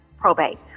probate